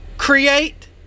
create